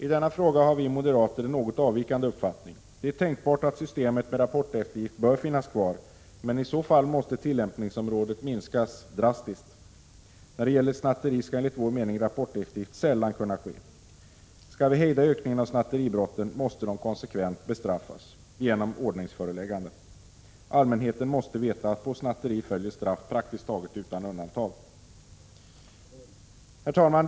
I denna fråga har vi moderater en något avvikande uppfattning. Det är tänkbart att systemet med rapporteftergift bör finnas kvar, men i så fall måste tillämpningsområdet minskas drastiskt. När det gäller snatteri skall enligt vår mening rapporteftergift sällan kunna ske. Skall vi hejda ökningen av snatteribrotten måste de konsekvent bestraffas genom ordningsföreläggande. Allmänheten måste veta att på snatteri följer straff praktiskt taget utan undantag. Herr talman!